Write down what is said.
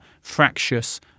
fractious